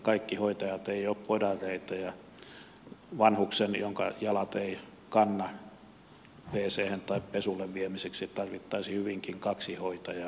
kaikki hoitajat eivät ole bodareita ja vanhuksen jonka jalat eivät kanna wchen tai pesulle viemiseksi tarvittaisiin hyvinkin kaksi hoitajaa